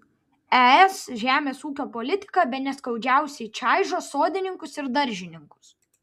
es žemės ūkio politika bene skaudžiausiai čaižo sodininkus ir daržininkus